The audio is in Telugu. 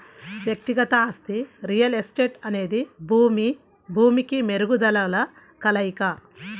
వ్యక్తిగత ఆస్తి రియల్ ఎస్టేట్అనేది భూమి, భూమికి మెరుగుదలల కలయిక